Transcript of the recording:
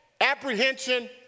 apprehension